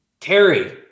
Terry